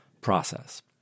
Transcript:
process